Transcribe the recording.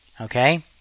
Okay